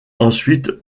ensuite